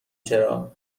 چرا